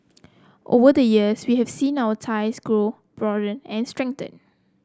over the years we have seen our ties grow broaden and strengthen